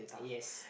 yes